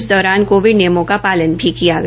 इस दौरान कोविड नियमों का पालन भी किया गया